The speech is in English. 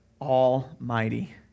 Almighty